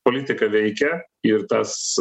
politika veikia ir tas